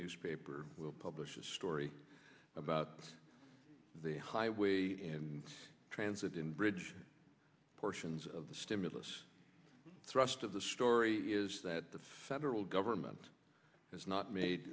newspaper will pump the story about the highway and transit in bridge portions of the stimulus thrust of the story is that the federal government has not made